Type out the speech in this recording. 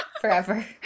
forever